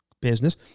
business